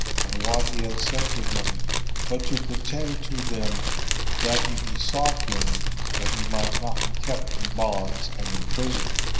and what he had said to him but to pretend to them that he besought him that he might not be kept in bonds and in prison.